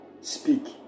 speak